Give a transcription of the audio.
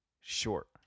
Short